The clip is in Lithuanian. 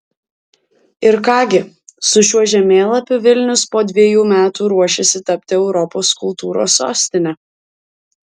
ir ką gi su šiuo žemėlapiu vilnius po dviejų metų ruošiasi tapti europos kultūros sostine